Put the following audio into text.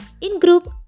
in-group